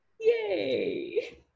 Yay